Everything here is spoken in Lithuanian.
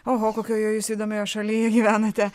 oho kokioje jūs įdomioje šalyje gyvenate